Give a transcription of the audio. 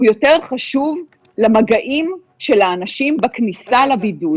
הוא יותר חשוב למגעים של האנשים בכניסה לבידוד,